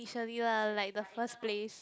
initially lah like the first place